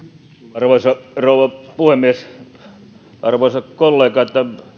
arvoisa rouva puhemies arvoisat kollegat